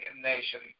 nation